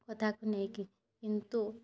କଥାକୁ ନେଇକି କିନ୍ତୁ